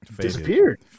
disappeared